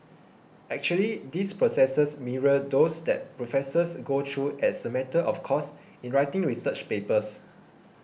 actually these processes mirror those that professors go through as a matter of course in writing research papers